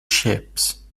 ships